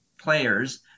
players